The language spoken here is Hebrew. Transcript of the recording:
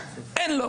אין לו.